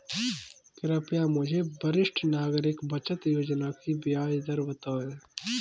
कृपया मुझे वरिष्ठ नागरिक बचत योजना की ब्याज दर बताएं